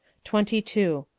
twenty two.